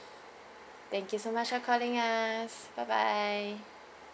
thank you so much for calling us bye bye